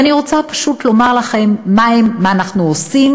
ואני רוצה פשוט לומר לכם מה אנחנו עושים